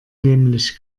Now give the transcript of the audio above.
nämlich